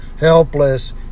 helpless